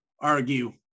argue